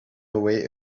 away